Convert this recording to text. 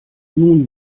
nun